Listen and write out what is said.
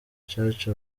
church